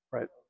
Right